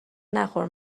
نخور